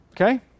Okay